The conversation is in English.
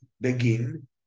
begin